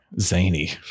Zany